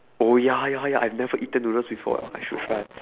oh ya ya ya I've never eaten noodles before I should try